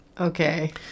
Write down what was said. Okay